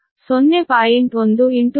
1 ಆದ್ದರಿಂದ ಇದು 0